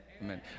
Amen